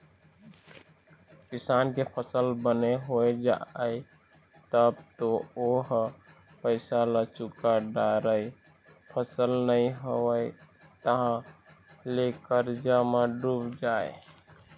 किसान के फसल बने हो जाए तब तो ओ ह पइसा ल चूका डारय, फसल नइ होइस तहाँ ले करजा म डूब जाए